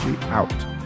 out